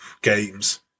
games